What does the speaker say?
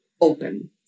open